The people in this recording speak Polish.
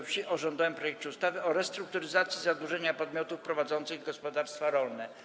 Wsi o rządowym projekcie ustawy o restrukturyzacji zadłużenia podmiotów prowadzących gospodarstwa rolne.